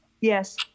Yes